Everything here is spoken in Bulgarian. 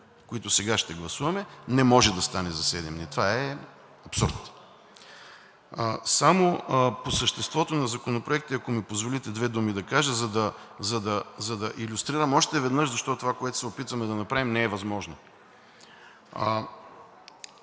които сега ще гласуваме, не може да стане за седем дни. Това е абсурд. Само по съществото на законопроектите, ако ми позволите две думи да кажа, за да илюстрирам още веднъж защо това, което се опитваме да направим, не е възможно?